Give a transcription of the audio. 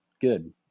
good